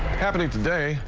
happening today,